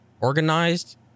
organized